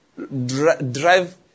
drive